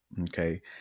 Okay